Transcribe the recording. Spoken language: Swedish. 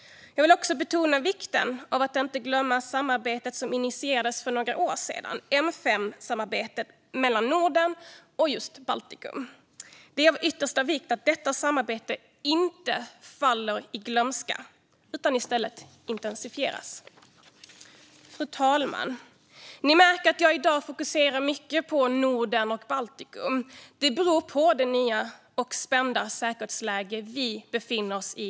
Jag vill också betona vikten av att inte glömma N5-samarbetet mellan Norden och Baltikum, som initierades för några år sedan. Det är av yttersta vikt att detta samarbete inte faller i glömska utan i stället intensifieras. Fru talman! Det märks att jag i dag fokuserar mycket på Norden och Baltikum. Detta beror på det nya och spända säkerhetsläge vi befinner oss i.